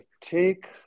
take